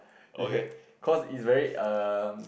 ya cause it's very um